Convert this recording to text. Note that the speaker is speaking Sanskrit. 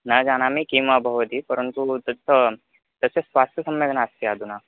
न जानामि किम् अभवत् परन्तु तस्य तस्य स्वास्थ्यं सम्यक् नास्ति अधुना